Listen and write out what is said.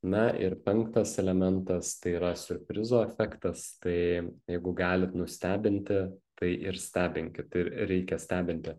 na ir penktas elementas tai yra siurprizo efektas tai jeigu galit nustebinti tai ir stebinkit ir reikia stebinti